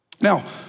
Now